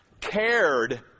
cared